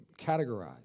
categorized